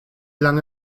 lange